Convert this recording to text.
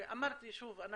ואמרתי, שוב,